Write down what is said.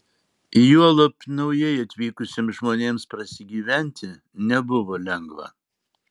juolab naujai atvykusiems žmonėms prasigyventi nebuvo lengva